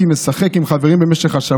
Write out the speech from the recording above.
מגרש כדורגל שבו הייתי משחק עם חברים במשך השבוע,